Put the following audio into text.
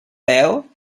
peu